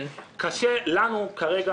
קשה לנו כרגע,